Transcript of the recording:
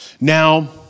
Now